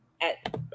at-